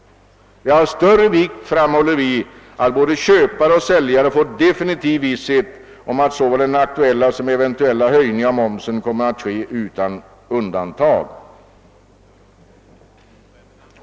Vi framhåller att det är av stor vikt att både köpare och säljare får definitiv visshet om att såväl den nu gällande som den höjda momsen kommer att utgå utan undantag.